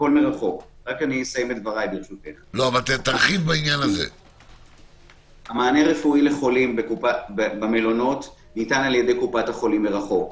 מרחוק המענה הרפואי לחולים במלונות ניתן על-ידי קופת החולים מרחוק.